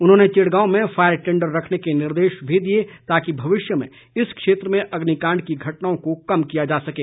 उन्होंने चिड़गांव में fire tender रखने के निर्देश भी दिए ताकि भविष्य में इस क्षेत्र में अग्निकांड की घटनाओं को कम किया जा सकें